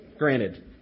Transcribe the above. Granted